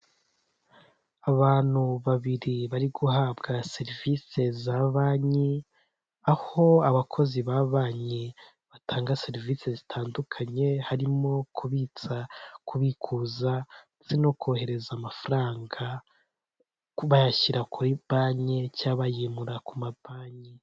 Amatara yaka cyane ndetse n'ikiraro kinyuraho imodoka, hasi no hejuru kiri mu mujyi wa Kigali muri nyanza ya kicukiro ndetse yanditseho, icyapa k'icyatsi kiriho amagambo Kigali eyapoti